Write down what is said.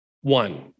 one